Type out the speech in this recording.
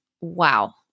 Wow